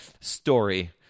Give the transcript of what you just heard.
story